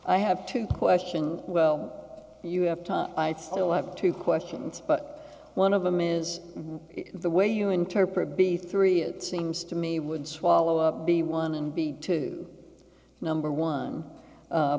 i have to question well you have time i still have two questions but one of them is the way you interpret b three it seems to me would swallow up be one and be to number one